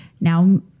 Now